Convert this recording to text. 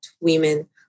women